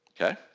okay